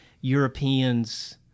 Europeans